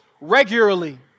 regularly